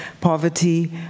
poverty